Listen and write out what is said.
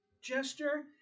gesture